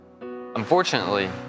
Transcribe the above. Unfortunately